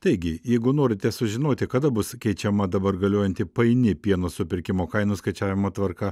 taigi jeigu norite sužinoti kada bus keičiama dabar galiojanti paini pieno supirkimo kainų skaičiavimo tvarka